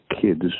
kids